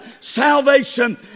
salvation